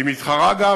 היא מתחרה גם,